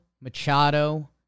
Machado